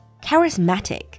Charismatic